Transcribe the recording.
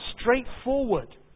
straightforward